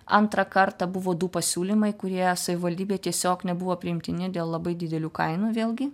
antrą kartą buvo du pasiūlymai kurie savivaldybei tiesiog nebuvo priimtini dėl labai didelių kainų vėlgi